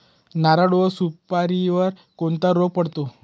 नारळ व सुपारीवर कोणता रोग पडतो?